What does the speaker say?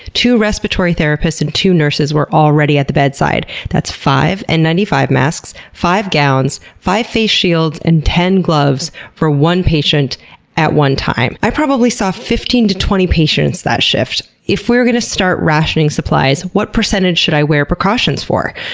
two respiratory therapists and two nurses were already at the bedside. that's five and n nine five masks, five gowns, five face shields, and ten gloves for one patient at one time. i probably saw fifteen twenty patients that shift. if we are going to start rationing supplies, what percentage should i wear precautions for?